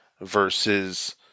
versus